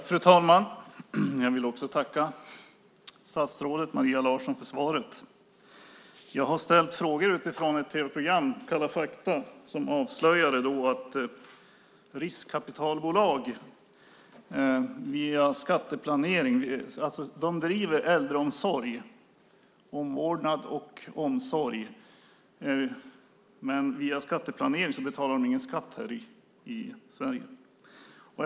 Fru talman! Jag vill tacka statsrådet Maria Larsson för svaret. Jag har ställt frågor utifrån ett tv-program, Kalla fakta , som har avslöjat att riskkapitalbolag bedriver äldreomsorg, omvårdnad och omsorg och att de via skatteplanering inte betalar skatt i Sverige.